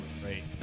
Great